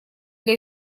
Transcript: для